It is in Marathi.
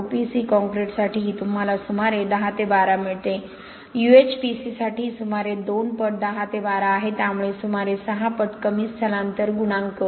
OPC कॉंक्रिटसाठी तुम्हाला सुमारे 10 12 मिळते UHPC साठी सुमारे 2 पट 10 12 आहे त्यामुळे सुमारे 6 पट कमी स्थलांतर गुणांक